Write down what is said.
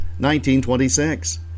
1926